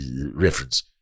reference